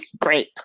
great